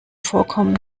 vorkommen